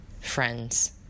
friends